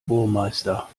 burmeister